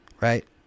Right